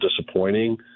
disappointing